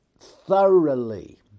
thoroughly